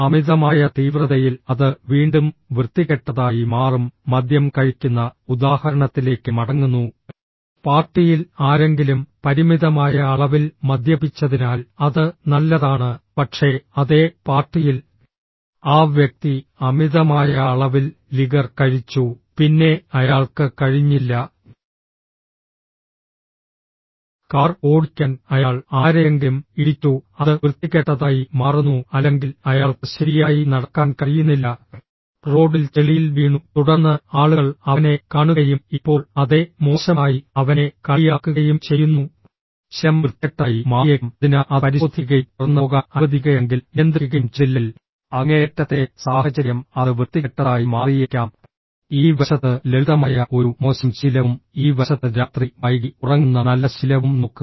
അമിതമായ തീവ്രതയിൽ അത് വീണ്ടും വൃത്തികെട്ടതായി മാറും മദ്യം കഴിക്കുന്ന ഉദാഹരണത്തിലേക്ക് മടങ്ങുന്നു പാർട്ടിയിൽ ആരെങ്കിലും പരിമിതമായ അളവിൽ മദ്യപിച്ചതിനാൽ അത് നല്ലതാണ് പക്ഷേ അതേ പാർട്ടിയിൽ ആ വ്യക്തി അമിതമായ അളവിൽ ലിഗർ കഴിച്ചു പിന്നെ അയാൾക്ക് കഴിഞ്ഞില്ല കാർ ഓടിക്കാൻ അയാൾ ആരെയെങ്കിലും ഇടിച്ചു അത് വൃത്തികെട്ടതായി മാറുന്നു അല്ലെങ്കിൽ അയാൾക്ക് ശരിയായി നടക്കാൻ കഴിയുന്നില്ല റോഡിൽ ചെളിയിൽ വീണു തുടർന്ന് ആളുകൾ അവനെ കാണുകയും ഇപ്പോൾ അതേ മോശമായി അവനെ കളിയാക്കുകയും ചെയ്യുന്നു ശീലം വൃത്തികെട്ടതായി മാറിയേക്കാം അതിനാൽ അത് പരിശോധിക്കുകയും തുടർന്ന് പോകാൻ അനുവദിക്കുകയാണെങ്കിൽ നിയന്ത്രിക്കുകയും ചെയ്തില്ലെങ്കിൽ അങ്ങേയറ്റത്തെ സാഹചര്യം അത് വൃത്തികെട്ടതായി മാറിയേക്കാം ഈ വശത്ത് ലളിതമായ ഒരു മോശം ശീലവും ഈ വശത്ത് രാത്രി വൈകി ഉറങ്ങുന്ന നല്ല ശീലവും നോക്കുക